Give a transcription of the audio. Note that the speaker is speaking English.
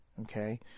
okay